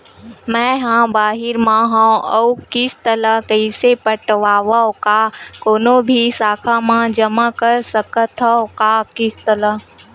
मैं हा बाहिर मा हाव आऊ किस्त ला कइसे पटावव, का कोनो भी शाखा मा जमा कर सकथव का किस्त ला?